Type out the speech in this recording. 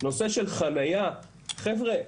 נושא של חניה, חברים,